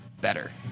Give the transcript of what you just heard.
better